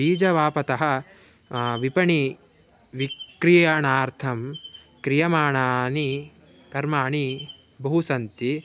बीजवापतः विपणिः विक्रयणार्थं क्रियमाणानि कर्माणि बहूनि सन्ति